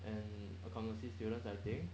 and accountancy students I think